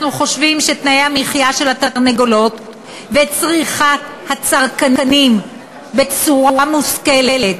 אנחנו חושבים שתנאי המחיה של התרנגולות וצריכת הצרכנים בצורה מושכלת,